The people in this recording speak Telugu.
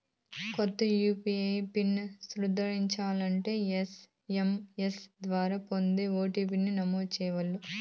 కొత్త యూ.పీ.ఐ పిన్ సృష్టించాలంటే ఎస్.ఎం.ఎస్ ద్వారా పొందే ఓ.టి.పి.ని నమోదు చేయాల్ల